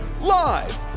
live